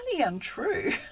untrue